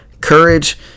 Courage